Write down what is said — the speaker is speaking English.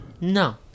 No